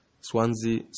Swansea